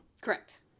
correct